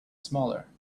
smaller